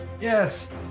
Yes